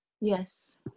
yes